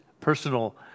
personal